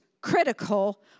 critical